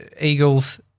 Eagles